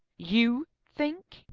you think!